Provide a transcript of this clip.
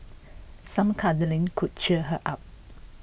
some cuddling could cheer her up